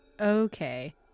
Okay